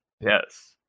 Yes